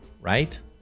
right